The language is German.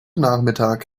nachmittag